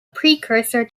precursor